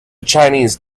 chinese